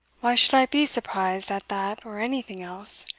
why should i be surprised at that or anything else?